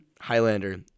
Highlander